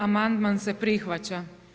Amandman se prihvaća.